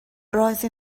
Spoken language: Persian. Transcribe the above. رازی